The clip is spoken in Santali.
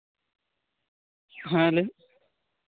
ᱦᱮᱸ ᱞᱟᱹᱭ ᱢᱮ